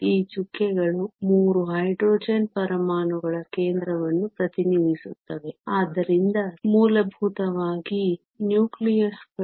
ಈ ಚುಕ್ಕೆಗಳು 3 ಹೈಡ್ರೋಜನ್ ಪರಮಾಣುಗಳ ಕೇಂದ್ರವನ್ನು ಪ್ರತಿನಿಧಿಸುತ್ತವೆ ಆದ್ದರಿಂದ ಮೂಲಭೂತವಾಗಿ ನ್ಯೂಕ್ಲಿಯಸ್ಗಳು